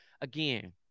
Again